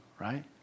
right